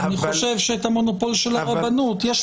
אני חושב שאת המונופול של הרבנות -- רק